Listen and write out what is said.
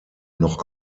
noch